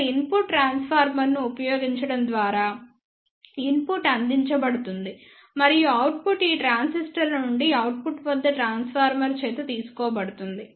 ఇక్కడ ఇన్పుట్ ట్రాన్స్ఫార్మర్ను ఉపయోగించడం ద్వారా ఇన్పుట్ అందించబడుతుంది మరియు అవుట్పుట్ ఈ ట్రాన్సిస్టర్ల నుండి అవుట్పుట్ వద్ద ట్రాన్స్ఫార్మర్ చేత తీసుకోబడుతుంది